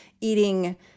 eating